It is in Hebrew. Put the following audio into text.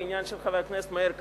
בעניין של חבר הכנסת מאיר כהנא.